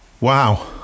wow